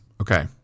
Okay